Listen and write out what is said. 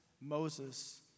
Moses